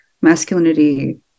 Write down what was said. masculinity